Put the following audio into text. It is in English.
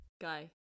Guy